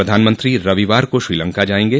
प्रधानमंत्री रविवार को श्रीलंका जायेंगे